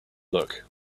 look